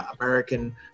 American